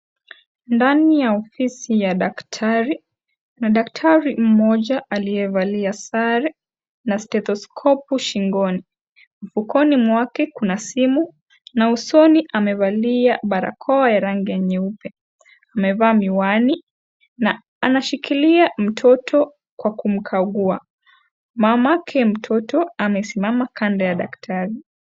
Ndani ya ofisi ya daktari na daktari mmoja aliyevalia sare na stetoskopu shingoni, mfukoni mwake kuna simu na usoni amevalia barakoa ya rangi nyeupe amevaa miwani na anashikilia mtoto kwa kumkagua, mamake mtoto amesimama kando ya daktari.